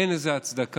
אין לזה הצדקה,